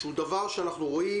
שהוא דבר שאנחנו רואים,